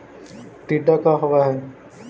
टीडा का होव हैं?